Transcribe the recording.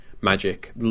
magic